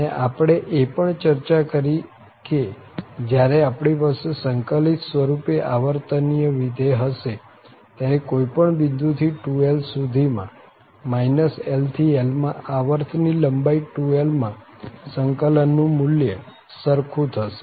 અને આપણે એ પણ ચર્ચા કરી કે જયારે આપણી પાસે સંકલિત સ્વરૂપે આવર્તનીય વિધેય હશે ત્યારે કોઈ પણ બિંદુ થી 2l સુધી માં l થી l માં આવર્ત ની લંબાઈ 2l માં સંકલનનું મુલ્ય સરખું થશે